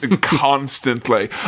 constantly